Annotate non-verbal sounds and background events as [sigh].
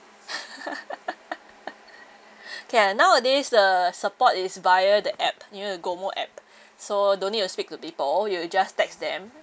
[laughs] [breath] okay lah nowadays the support is via the app you know the GOMO app so don't need to speak to people you just text them